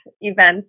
events